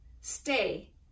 stay